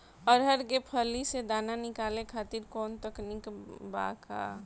अरहर के फली से दाना निकाले खातिर कवन तकनीक बा का?